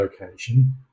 location